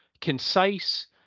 concise